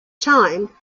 time